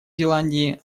зеландии